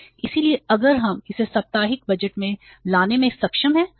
इसलिए अगर हम इसे साप्ताहिक बजट में लाने में सक्षम हैं